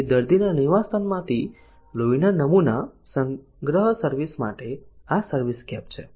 તેથી દર્દીના નિવાસસ્થાનમાંથી લોહીના નમૂના સંગ્રહ સર્વિસ માટે આ સર્વિસસ્કેપ છે